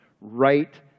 right